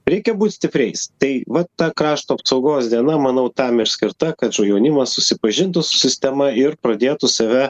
reikia būt stipriais tai vat ta krašto apsaugos diena manau tam ir skirta kad su jaunimas susipažintų su sistema ir pradėtų save